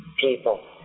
people